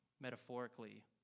metaphorically